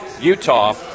Utah